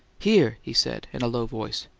here! he said, in a low voice.